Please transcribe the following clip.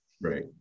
Right